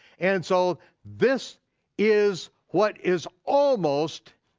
and so this is what is almost